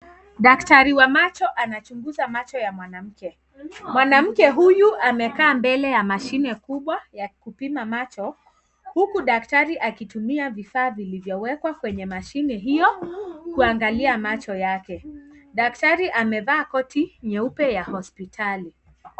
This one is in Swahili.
Daktari wa macho anachunguza macho ya mwanamke. Mwanamke huyu, amekaa mbele ya mashine kubwa ya kupima macho, huku daktari akitumia vifaa vilivyowekwa kwenye mashine hiyo, kuangalia macho yake. Daktari amevaa koti nyeupe ya hospitali.